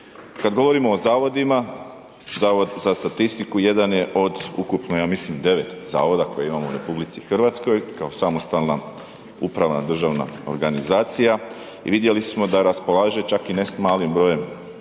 Kad govorimo o zavodima, Zavod za statistiku jedan je od ukupno ja mislim 9 zavoda koje imamo u RH kao samostalna upravna državna organizacija i vidjeli smo da raspolaže čak i ne s malim brojem